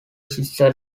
sister